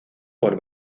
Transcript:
por